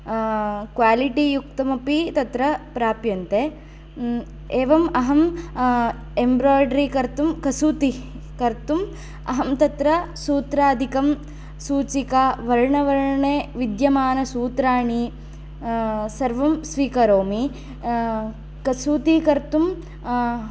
quality युक्तमपि तत्र प्राप्यन्ते एवं अहं एम्ब्रायड्रि कर्तुं कसूति कर्तुं अहं तत्र सूत्रादिकं सूचिका वर्णवर्णे विद्यमानसूत्राणि सर्वं स्वीकरोमि कसूति कर्तुं